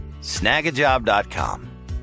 Snagajob.com